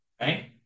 right